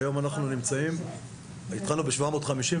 התחלנו ב-750,